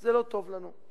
זה לא טוב לנו,